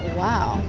wow,